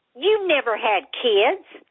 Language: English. you never had kids.